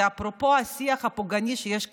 זה אפרופו השיח הפוגעני שיש כרגע.